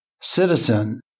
citizen